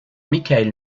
michael